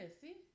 see